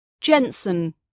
Jensen